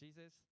Jesus